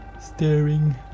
staring